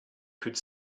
could